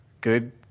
good